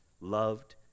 loved